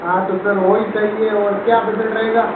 हाँ तो सर वह ही चाहिए और क्या बजट रहेगा